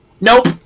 Nope